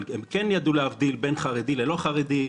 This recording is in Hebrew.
אבל הם כן ידעו להבדיל בין חרדי ללא-חרדי.